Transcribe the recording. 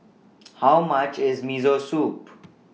How much IS Miso Soup